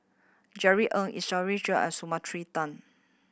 Jerry Ng and Tan